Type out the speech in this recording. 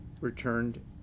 returned